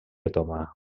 otomà